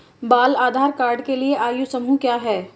बाल आधार कार्ड के लिए आयु समूह क्या है?